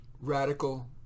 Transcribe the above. radical